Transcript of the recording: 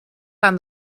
aan